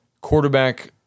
quarterback